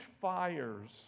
fires